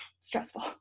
stressful